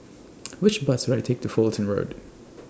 Which Bus should I Take to Fullerton Road